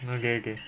mm okay okay